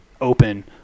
open